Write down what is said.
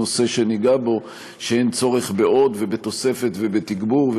נושא שניגע בו ואין צורך בעוד ובתוספת ובתגבור.